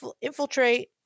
infiltrate